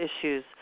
issues